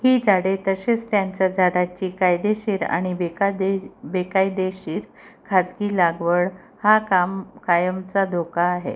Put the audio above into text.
ही झाडे तसेच त्यांचं झाडाची कायदेशीर आणि बेकायदे बेकायदेशीर खाजगी लागवड हा काम कायमचा धोका आहे